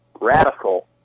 radical